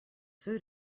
food